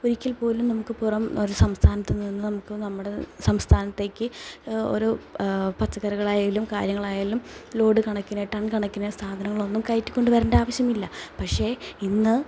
ഒരിക്കൽപ്പോലും നമുക്ക് പുറം ഒരു സംസ്ഥാനത്തുനിന്ന് നമുക്ക് നമ്മുടെ സംസ്ഥാനത്തേക്ക് ഒരു പച്ചക്കറികളായാലും കാര്യങ്ങളായാലും ലോഡ് കണക്കിന് ടൺ കണക്കിന് സാധനങ്ങളൊന്നും കയറ്റിക്കൊണ്ടുവരേണ്ട ആവശ്യമില്ല പക്ഷേ ഇന്ന്